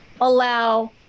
allow